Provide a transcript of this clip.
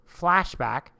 Flashback